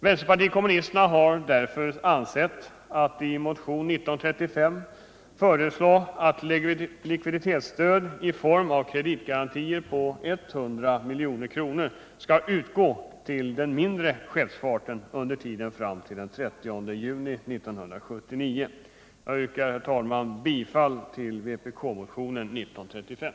Vpk har därför i motionen 1935 föreslagit att likviditetsstöd i form av kreditgarantier på 100 milj.kr. skall utgå till den mindre skeppsfarten under tiden fram till den 30 juni 1979. Herr talman! Jag yrkar bifall till vpk-motionen 1935.